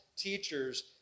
teachers